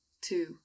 two